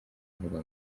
ivuga